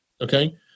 Okay